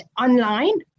online